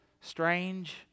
strange